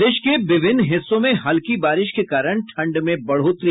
प्रदेश में विभिन्न हिस्सों में हल्की बारिश के कारण ठंड में बढ़ोतरी